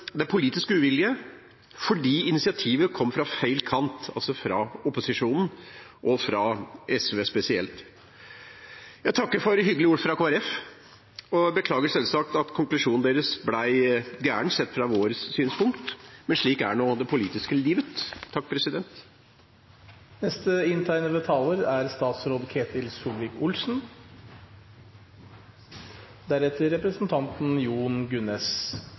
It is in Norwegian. det er politisk uvilje fordi initiativet kom fra feil kant, altså fra opposisjonen, og fra SV spesielt. Jeg takker for hyggelige ord fra Kristelig Folkeparti og beklager selvsagt at konklusjonen deres ble gæren, fra vårt synspunkt, men slik er nå det politiske livet. Jeg synes det er